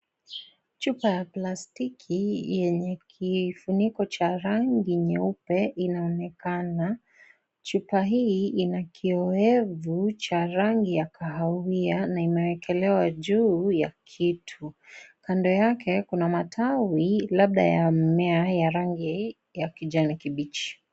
Chupa ya plastiki yenye kifuniko cha rangi nyeupe inaonekana. Chupa hii, ina kiyowevu cha rangi ya kahawia na imewekelewa juu ya kitu. Kando yake, kuna matawi labda ya mmea ya rangi ya kijani kibichi.